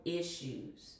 issues